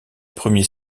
premiers